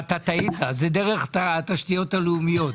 אתה טעית, זה דרך התשתיות הלאומיות.